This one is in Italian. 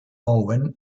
owen